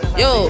yo